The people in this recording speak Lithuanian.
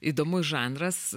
įdomus žanras